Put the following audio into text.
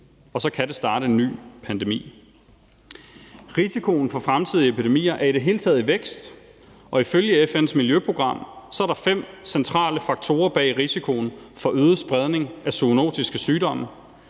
og så kan det starte en ny pandemi. Risikoen for fremtidige epidemier er det i hele taget i vækst, og ifølge FN's miljøprogram er der fem centrale faktorer bag risikoen for en øget spredning af zoonotiske sygdomme,